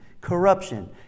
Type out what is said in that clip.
corruption